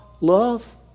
love